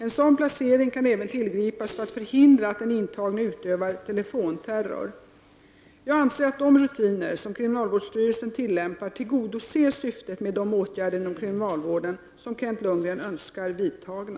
En sådan placering kan även tillgripas för att förhindra att den intagne utövar telefonterror. Jag anser att de rutiner som kriminalvårdsstyrelsen tillämpar tillgodoser syftet med de åtgärder inom kriminalvården som Kent Lundgren önskar vidtagna.